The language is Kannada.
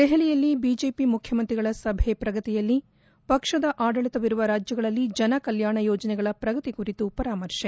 ದೆಹಲಿಯಲ್ಲಿ ಬಿಜೆಪಿ ಮುಖ್ಯಮಂತ್ರಿಗಳ ಸಭೆ ಪ್ರಗತಿಯಲ್ಲಿ ಪಕ್ಷದ ಆಡಳಿತವಿರುವ ರಾಜ್ಯಗಳಲ್ಲಿ ಜನಕಲ್ಯಾಣ ಯೋಜನೆಗಳ ಪ್ರಗತಿ ಕುರಿತು ಪರಾಮರ್ಶೆ